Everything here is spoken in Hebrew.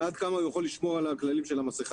עד כמה הוא יכול לשמור על הכללים של המסכה,